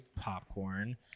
popcorn